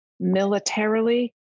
Militarily